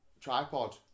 Tripod